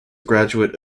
graduate